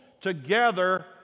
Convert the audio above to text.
together